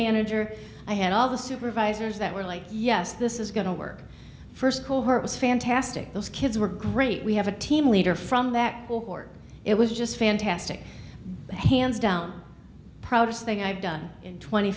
manager i had all the supervisors that were like yes this is going to work first call her it was fantastic those kids were great we have a team leader from that will forte it was just fantastic hands down profits thing i've done in twenty